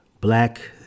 black